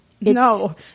No